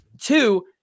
Two